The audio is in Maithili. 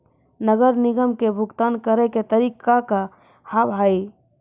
नगर निगम के भुगतान करे के तरीका का हाव हाई?